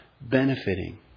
benefiting